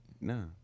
No